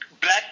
black